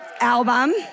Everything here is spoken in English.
album